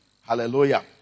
Hallelujah